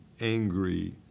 angry